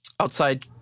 Outside